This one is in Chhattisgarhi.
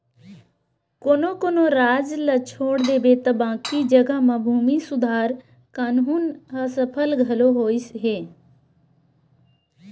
कोनो कोनो राज ल छोड़ देबे त बाकी जघा म भूमि सुधार कान्हून ह सफल घलो होइस हे